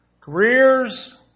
careers